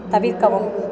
தவிர்க்கவும்